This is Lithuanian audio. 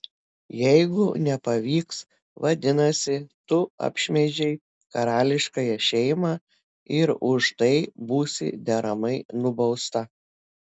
jeigu nepavyks vadinasi tu apšmeižei karališkąją šeimą ir už tai būsi deramai nubausta